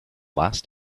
last